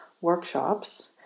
workshops